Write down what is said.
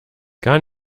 gar